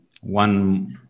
one